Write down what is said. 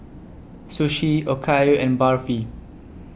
Sushi Okayu and Barfi